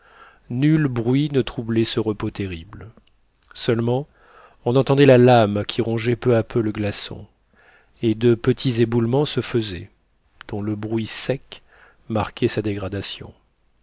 nul bruit ne troublait ce repos terrible seulement on entendait la lame qui rongeait peu à peu le glaçon et de petits éboulements se faisaient dont le bruit sec marquait sa dégradation